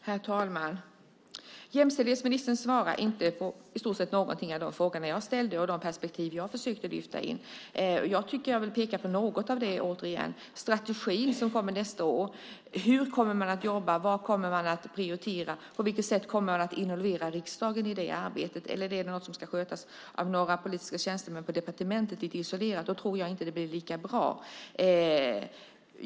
Herr talman! Jämställdhetsministern svarar inte på i stort sett någon av de frågor som jag ställde och de perspektiv som jag försökte lyfta in. Jag vill peka på något av det återigen. Det handlar om strategin som kommer nästa år. Hur kommer man att jobba? Vad kommer man att prioritera? På vilket sätt kommer man att involvera riksdagen i det arbetet? Eller är det något som ska skötas av några politiska tjänstemän på departementet lite isolerat? Då tror jag inte att det blir lika bra.